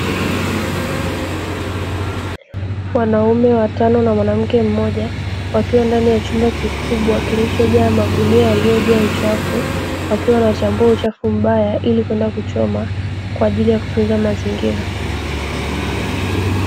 Wanaume watano na mwanamke mmoja wakiwa ndani ya chumba kikubwa kilichojaa magunia yaliyojaa uchafu, wakiwa na wachambua uchafu mbaya ili kwenda kuchoma kwa ajili ya kutunza mazingira.